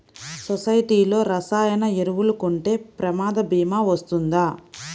సొసైటీలో రసాయన ఎరువులు కొంటే ప్రమాద భీమా వస్తుందా?